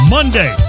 Monday